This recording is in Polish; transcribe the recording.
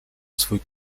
swój